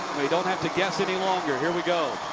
we don't have to get any longer. here we go.